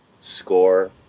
score